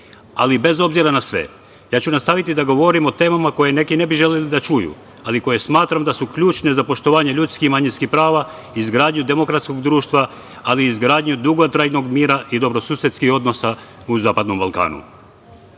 obzira na sve ja ću nastaviti da govorim o temama koji neki ne bi želeli da čuju, ali koje smatram da su ključne za poštovanje ljudskih i manjinskih prava i izgradnju demokratskog društva, ali i izgradnju dugotrajnog mira i dobrosusedskih odnosa na zapadnom Balkanu. Poznato